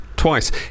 twice